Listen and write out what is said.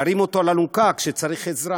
להרים אותו על אלונקה כשצריך עזרה.